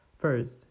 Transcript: first